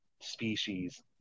species